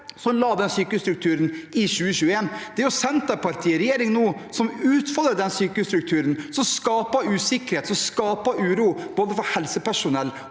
som la den sykehusstrukturen i 2021. Det er Senterpartiet i regjering som nå utfordrer den sykehusstrukturen, og skaper usikkerhet og uro for både helsepersonell